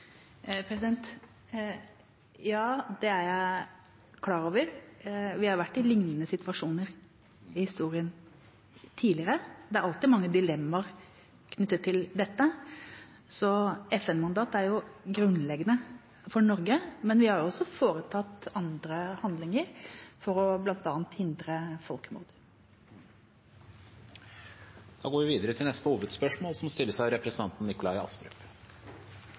Ja, det er jeg klar over. Vi har vært i lignende situasjoner i historien tidligere. Det er alltid mange dilemmaer knyttet til dette. FN-mandat er grunnleggende for Norge, men vi har også foretatt andre handlinger, bl.a. for å hindre folkemord. Vi går videre til neste hovedspørsmål.